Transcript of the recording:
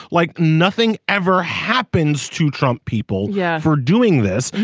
like nothing ever happens to trump people. yeah. for doing this.